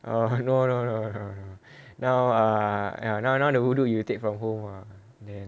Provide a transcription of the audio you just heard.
oh no no no no no err now now the wuduk you take from home ah then